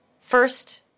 first